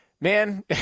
man